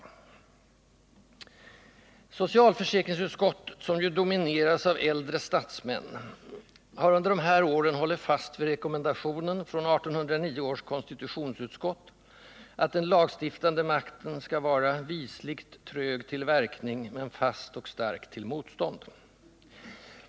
Socialförsäkringsutskottet, som ju domineras av äldre statsmän, har under de här åren hållit fast vid rekommendationen från 1809 års konstitutionsutskott att den lagstiftande makten skall vara ”visligt trög till verkning, men fast och stark till motstånd”.